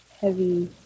heavy